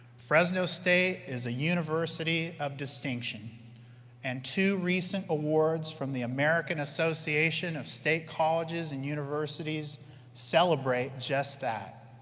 fresno state is a university of distinction and two recent awards from the american association of state colleges and universities celebrate just that!